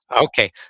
Okay